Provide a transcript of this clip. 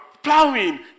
plowing